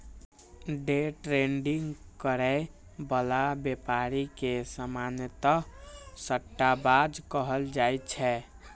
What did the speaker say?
day trading करै बला व्यापारी के सामान्यतः सट्टाबाज कहल जाइ छै